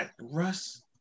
Russ